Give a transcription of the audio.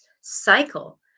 cycle